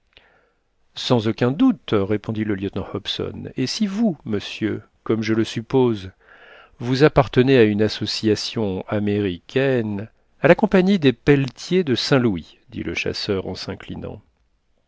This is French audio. sans aucun doute répondit le lieutenant hobson et si vous monsieur comme je le suppose vous appartenez à une association américaine à la compagnie des pelletiers de saint-louis dit le chasseur en s'inclinant